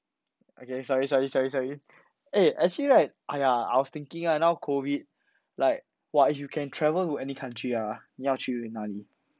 okay sorry sorry sorry sorry eh actually right !aiya! I was thinking lah now COVID like !wah! if you can travel to any countey ah 你要去哪里